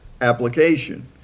application